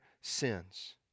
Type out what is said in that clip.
sins